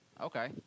Okay